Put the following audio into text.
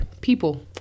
people